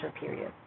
period